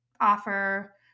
offer